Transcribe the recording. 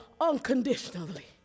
unconditionally